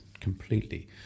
completely